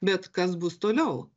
bet kas bus toliau